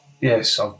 yes